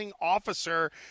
officer